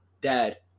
dad